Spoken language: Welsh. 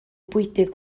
bwydydd